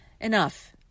Enough